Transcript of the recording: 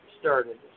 started